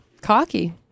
Cocky